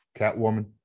Catwoman